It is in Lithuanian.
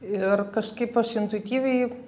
ir kažkaip aš intuityviai